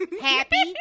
happy